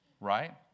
Right